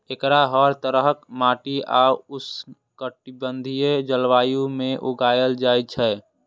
एकरा हर तरहक माटि आ उष्णकटिबंधीय जलवायु मे उगायल जाए छै